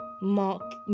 mark